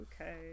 okay